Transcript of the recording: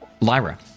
lyra